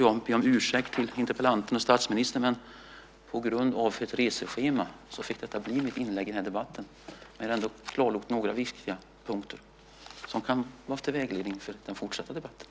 Jag får be interpellanten och finansministern om ursäkt, men på grund av ett reseschema får detta bli mitt inlägg i den här debatten. Jag har ändå klargjort några viktiga punkter som kan vara till vägledning för den fortsatta debatten.